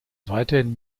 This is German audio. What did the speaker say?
weiterhin